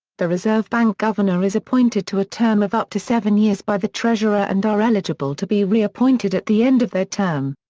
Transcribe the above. the reserve bank governor is appointed to a term of up to seven years by the treasurer and are eligible to be reappointed at the end of their term.